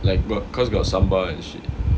like got cause got and shit